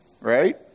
right